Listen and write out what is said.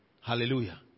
Hallelujah